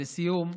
לסיום,